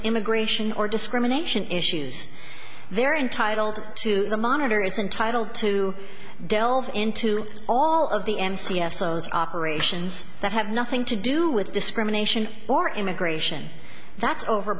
immigration or discrimination issues they're entitled to the monitor is entitle to delve into all of the n c s those operations that have nothing to do with discrimination or immigration that's over